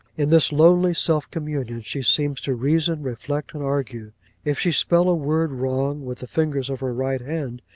in this lonely self-communion she seems to reason, reflect, and argue if she spell a word wrong with the fingers of her right hand,